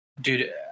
dude